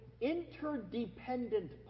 interdependent